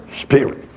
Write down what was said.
spirit